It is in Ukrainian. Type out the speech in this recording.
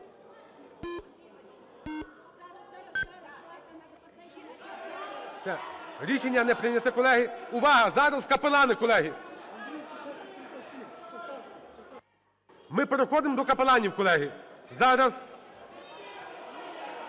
Рішення не прийнято, колеги. Увага! Зараз капелани, колеги. Ми переходимо до капеланів, колеги. Зараз